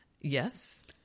Yes